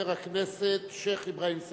חבר הכנסת שיח' אברהים צרצור.